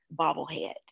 bobblehead